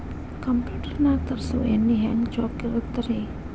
Computer ನಾಗ ತರುಸುವ ಎಣ್ಣಿ ಹೆಂಗ್ ಚೊಕ್ಕ ಇರತ್ತ ರಿ?